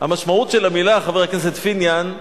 המשמעות של המלה, חבר הכנסת פיניאן,